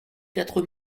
quatre